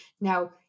Now